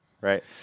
right